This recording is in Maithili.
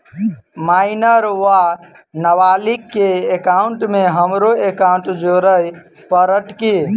माइनर वा नबालिग केँ एकाउंटमे हमरो एकाउन्ट जोड़य पड़त की?